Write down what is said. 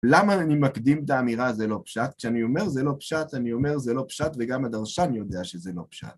למה אני מקדים את האמירה זה לא פשט? כשאני אומר זה לא פשט, אני אומר זה לא פשט, וגם הדרשן יודע שזה לא פשט.